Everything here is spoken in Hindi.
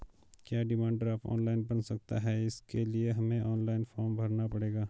क्या डिमांड ड्राफ्ट ऑनलाइन बन सकता है इसके लिए हमें ऑनलाइन फॉर्म भरना पड़ेगा?